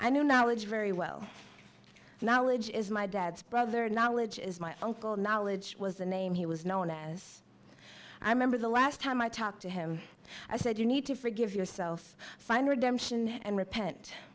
i knew knowledge very well now legit is my dad's brother knowledge is my uncle knowledge was the name he was known as i remember the last time i talked to him i said you need to forgive yourself find redemption and repent